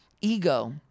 ego